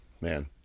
man